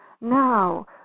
Now